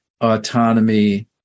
autonomy